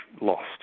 lost